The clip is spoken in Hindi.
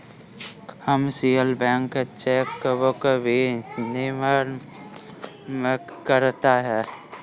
कमर्शियल बैंक चेकबुक भी निर्गम करता है